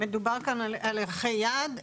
מדובר כאן על ערכי יעד.